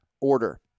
order